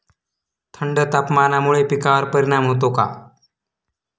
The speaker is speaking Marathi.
थंड तापमानामुळे पिकांवर परिणाम होतो का?